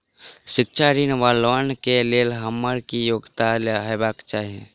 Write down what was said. शिक्षा ऋण वा लोन केँ लेल हम्मर की योग्यता हेबाक चाहि?